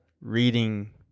reading